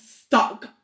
stuck